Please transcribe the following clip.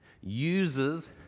uses